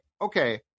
okay